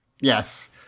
Yes